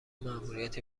ماموریت